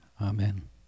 Amen